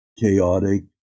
chaotic